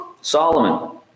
Solomon